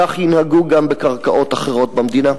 כך ינהגו גם בקרקעות אחרות במדינה.